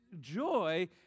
joy